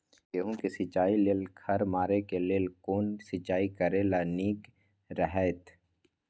गेहूँ के सिंचाई लेल खर मारे के लेल कोन सिंचाई करे ल नीक रहैत?